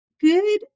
good